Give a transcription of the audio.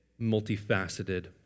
multifaceted